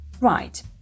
Right